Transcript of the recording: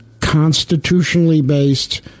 constitutionally-based